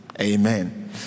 Amen